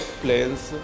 planes